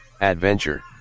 Adventure